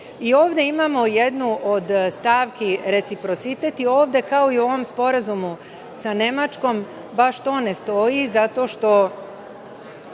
Ovde imamo jednu od stavki reciprocitet i ovde kao i u ovom sporazumu sa Nemačkom baš to ne stoji zato što